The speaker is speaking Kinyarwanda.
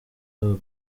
aba